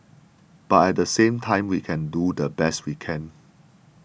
but at the same time we can do the best we can